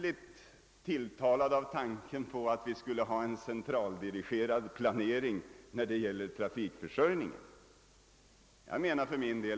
Jag vill erinra om de diskussioner vi haft om den regionala utvecklingsplanering som vi håller på att bygga upp.